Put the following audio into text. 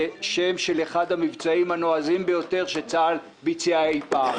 שם של אחד המבצעים הנועזים ביותר שצה"ל ביצע אי פעם.